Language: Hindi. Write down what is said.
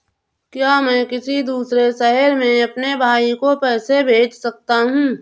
क्या मैं किसी दूसरे शहर में अपने भाई को पैसे भेज सकता हूँ?